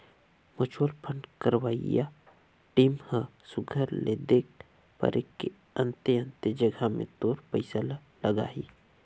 mutual fund करवइया team ह सुग्घर ले देख परेख के अन्ते अन्ते जगहा में तोर पइसा ल लगाहीं